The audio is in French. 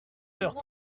heures